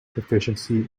proficiency